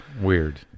Weird